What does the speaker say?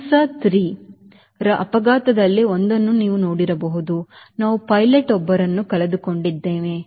ಹನ್ಸಾ 3 ರ ಅಪಘಾತಗಳಲ್ಲಿ ಒಂದನ್ನು ನೀವು ನೋಡಿರಬಹುದು ನಾವು ಪೈಲಟ್ ಒಬ್ಬರನ್ನು ಕಳೆದುಕೊಂಡಿದ್ದೇವೆ